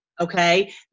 okay